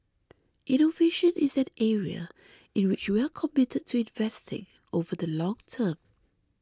innovation is an area in which we are committed to investing over the long term